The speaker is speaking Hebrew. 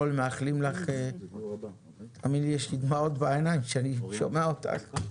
מאחלים לך תאמיני לי שיש לי דמעות בעיניים שאני שומע אותך,